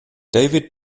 david